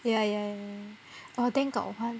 ya ya oh then got one